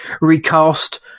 recast